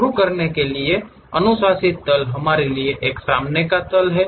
शुरू करने के लिए अनुशंसित तल हमारे लिए एक सामने का तल है